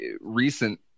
recent